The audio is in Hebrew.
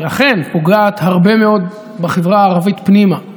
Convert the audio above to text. שאכן פוגעת הרבה מאוד בחברה הערבית פנימה,